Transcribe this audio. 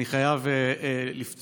אני חייב לפתוח